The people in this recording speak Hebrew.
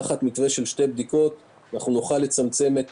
תחת מתווה של שתי בדיקות נוכל לצמצם את